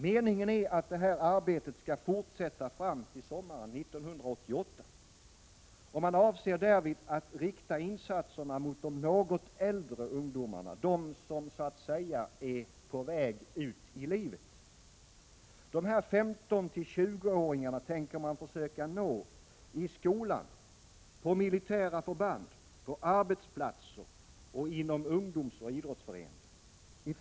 Meningen är att detta arbete skall fortsätta fram till sommaren 1988. Man avser därvid att rikta insatserna mot de något äldre ungdomarna, de som så att säga är på väg ut i livet. Dessa 15 till 20-åringar tänker man försöka nå i skolan, på militära förband, på arbetsplatser och inom ungdomsoch idrottsföreningar.